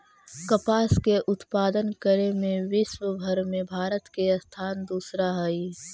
कपास के उत्पादन करे में विश्वव भर में भारत के स्थान दूसरा हइ